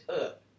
up